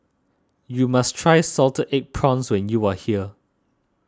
you must try Salted Egg Prawns when you are here